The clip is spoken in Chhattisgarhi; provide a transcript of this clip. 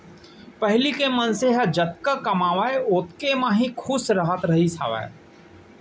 पहिली के मनसे मन ह जतका कमावय ओतका म ही खुस रहत रहिस हावय